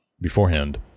beforehand